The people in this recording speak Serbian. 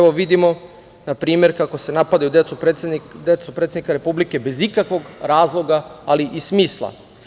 Vidimo na primer kako napadaju decu predsednika Republike bez ikakvog razloga, ali i smisla.